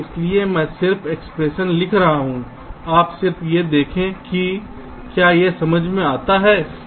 इसलिए मैं सिर्फ एक्सप्रेशन लिख रहा हूं आप सिर्फ यह देखें कि क्या यह समझ में आता है